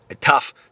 tough